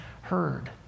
heard